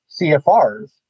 CFRs